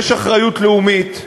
יש אחריות לאומית,